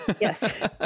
Yes